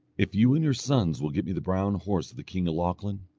if you and your sons will get me the brown horse of the king of lochlann,